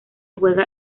juega